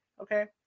Okay